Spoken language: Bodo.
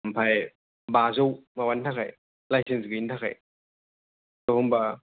आमफाय बाजौ माबानि थाखाय लाइसेन्स गैयिनि थाखाय आव होमबा